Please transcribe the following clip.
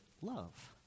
love